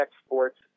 exports